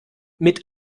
mit